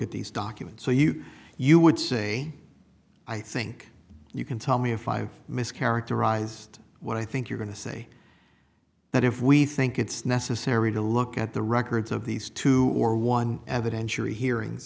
at these documents so you you would say i think you can tell me if i've mischaracterized what i think you're going to say that if we think it's necessary to look at the records of these two or one evidentiary hearing